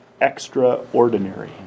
Extraordinary